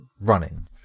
running